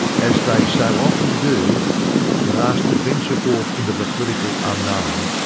as they so often do when asked to venture forth into the political unknown,